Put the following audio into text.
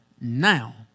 now